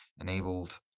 enabled